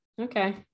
okay